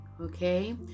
Okay